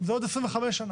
זה עוד 25 שנה.